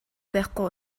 байхгүй